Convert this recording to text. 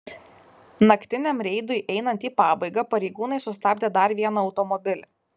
naktiniam reidui einant į pabaigą pareigūnai sustabdė dar vieną automobilį